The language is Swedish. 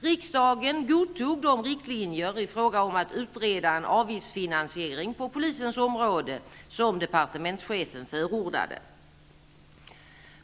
Riksdagen godtog de riktlinjer i fråga om att utreda en avgiftsfinansiering på polisens område som departementschefen förordade.